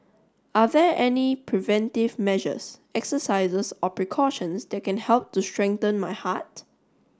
are there any preventive measures exercises or precautions that can help to strengthen my heart